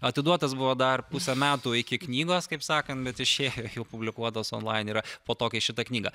atiduotas buvo dar pusę metų iki knygos kaip sakant bet išėjo jau publikuotas onlain yra po to kai šita knyga